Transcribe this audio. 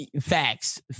Facts